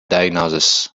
diagnosis